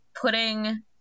putting